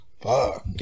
Fuck